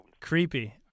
Creepy